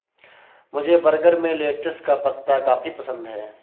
मुझे बर्गर में लेटिस का पत्ता काफी पसंद है